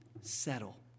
settle